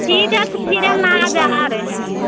ठीक है तो फ़िर हम आज आ रहे हैं